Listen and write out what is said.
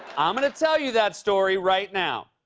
i'm gonna tell you that story right now.